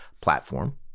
platform